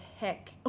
heck